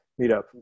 Meetup